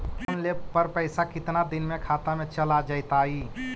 Loan लेब पर पैसा कितना दिन में खाता में चल आ जैताई?